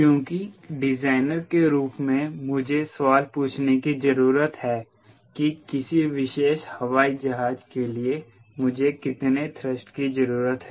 क्योंकि डिजाइनर के रूप में मुझे सवाल पूछने की जरूरत है कि किसी विशेष हवाई जहाज के लिए मुझे कितने थ्रस्ट की जरूरत है